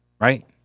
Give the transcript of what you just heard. right